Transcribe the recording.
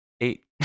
eight